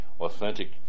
authentic